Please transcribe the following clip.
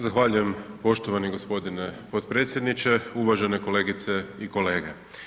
Zahvaljujem poštovani g. potpredsjedniče, uvažene kolegice i kolege.